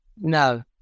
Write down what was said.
No